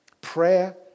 Prayer